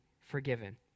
forgiven